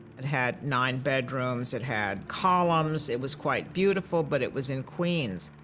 it had nine bedrooms, it had columns, it was quite beautiful, but it was in queens.